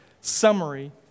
summary